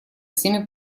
всеми